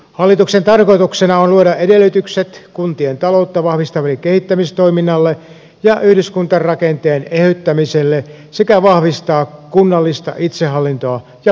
hallituksen tarkoituksena on luoda edellytykset kuntien taloutta vahvistavalle kehittämistoiminnalle ja yhdyskuntarakenteen eheyttämiselle sekä vahvistaa kunnallista itsehallintoa ja paikallista demokratiaa